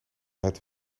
het